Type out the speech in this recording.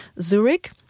Zurich